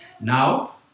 Now